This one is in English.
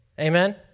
Amen